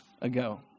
ago